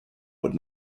could